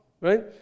right